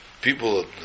people